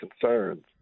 concerns